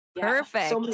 perfect